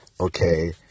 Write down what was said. okay